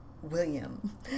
William